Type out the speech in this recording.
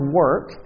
work